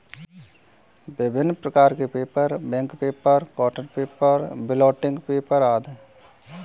विभिन्न प्रकार के paper, bank paper, cotton paper, blotting paper आदि हैं